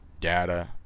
data